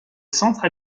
centre